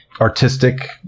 artistic